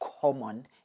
common